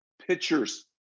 Pictures